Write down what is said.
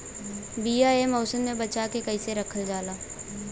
बीया ए मौसम में बचा के कइसे रखल जा?